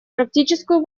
практическую